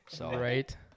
Right